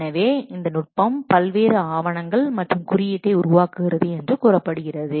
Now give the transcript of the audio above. எனவே இந்த நுட்பம் பல்வேறு ஆவணங்கள் மற்றும் குறியீட்டை உருவாக்குகிறது என்று கூறப்படுகிறது